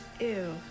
ew